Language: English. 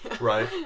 right